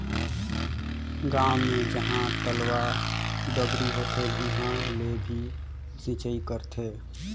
गांव मे जहां तलवा, डबरी होथे उहां ले भी सिचई करथे